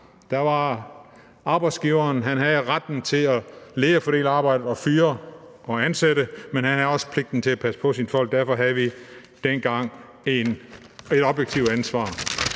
havde arbejdsgiveren retten til at lede og fordele arbejdet og fyre og ansætte, men han havde også pligten til at passe på sine folk, og derfor havde vi dengang et objektivt ansvar.